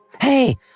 Hey